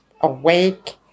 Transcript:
awake